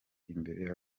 imbere